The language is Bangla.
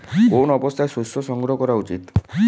কোন অবস্থায় শস্য সংগ্রহ করা উচিৎ?